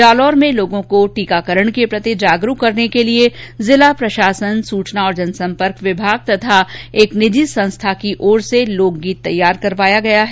जालौर में लोगों को टीकाकरण के प्रति जागरूक करने के लिये जिला प्रशासन सूचना और जनसम्पर्क विभाग और एक निजी संस्थान की ओर से लोक गीत तैयार करवाया गया है